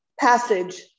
Passage